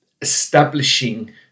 establishing